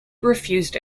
refused